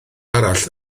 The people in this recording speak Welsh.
arall